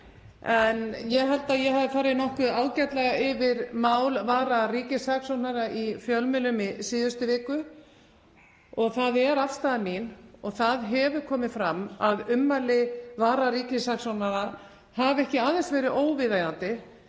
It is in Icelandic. Ég held að ég hafi farið nokkuð ágætlega yfir mál vararíkissaksóknara í fjölmiðlum í síðustu viku. Það er afstaða mín, og það hefur komið fram, að ummæli vararíkissaksóknara hafi ekki aðeins verið óviðeigandi